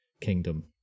kingdom